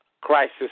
crisis